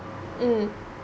mm